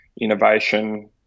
innovation